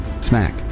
smack